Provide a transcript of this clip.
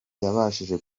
yabashije